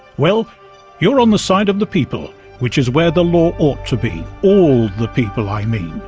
well you're on the side of the people, which is where the law ought to be. all the people i mean,